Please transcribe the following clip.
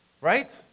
Right